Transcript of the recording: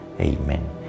Amen